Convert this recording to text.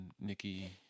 Nikki